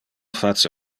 face